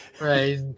Right